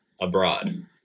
abroad